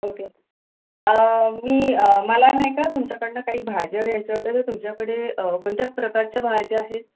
okay मी मला नाही का तुमच्याकडून काही भाज्या घ्यायच्या होत्या तर तुमच्याकडे कोणत्या प्रकारच्या भाज्या आहेत